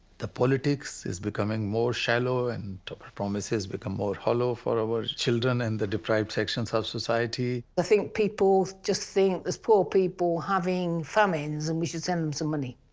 the politics is becoming more shallow and promises become more hollow for our children and the deprived sections of society. i think people just think there's poor people having famines and we should send them some money,